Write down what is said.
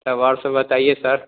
तब और सब बताइए सर